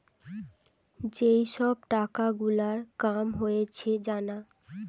যেই সব টাকা গুলার কাম হয়েছে জানা